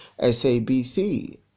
SABC